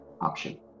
option